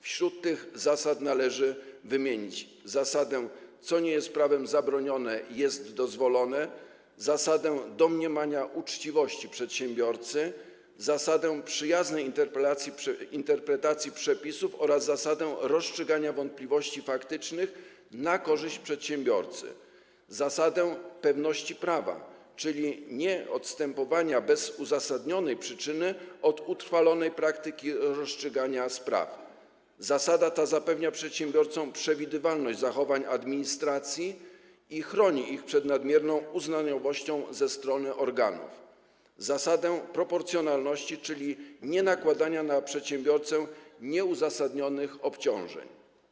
Wśród tych zasad należy wymienić zasadę: co nie jest prawem zabronione, jest dozwolone, zasadę domniemania uczciwości przedsiębiorcy, zasadę przyjaznej interpretacji przepisów oraz rozstrzygania wątpliwości faktycznych na korzyść przedsiębiorcy, zasadę pewności prawa, czyli nieodstępowania bez uzasadnionej przyczyny od utrwalonej praktyki rozstrzygania spraw - zasada ta zapewnia przedsiębiorcom przewidywalność zachowań administracji i chroni ich przed nadmierną uznaniowością ze strony organów, zasadę proporcjonalności, czyli nienakładania na przedsiębiorcę nieuzasadnionych obciążeń.